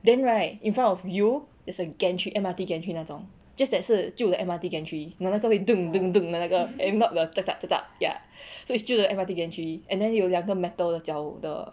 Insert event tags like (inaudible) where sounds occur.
then right in front of you there's a gantry M_R_T gantry 那种 just that 是旧的 M_R_T gantry you know 那个会 (noise) 的那个 then no the (noise) ya so is 旧的 M_R_T gantry and the 有两 metal 脚的